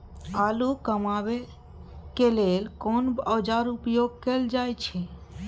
आलू कमाबै के लेल कोन औाजार उपयोग कैल जाय छै?